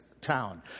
town